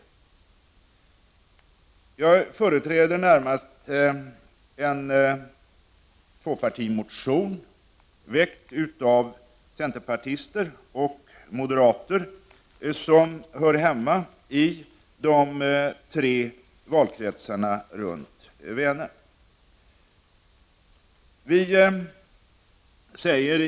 Jag företräder närmast en tvåpartimotion, väckt av centerpartister och moderater som hör hemma i de tre valkretsarna runt Vänern.